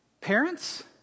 parents